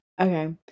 Okay